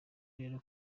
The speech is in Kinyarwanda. rero